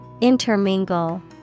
Intermingle